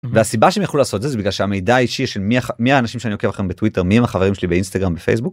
והסיבה שהם יכלו לעשות את זה זה בגלל שהמידע האישי של מי האנשים שאני עוקב בטוויטר מי החברים שלי באינסטגרם בפייסבוק.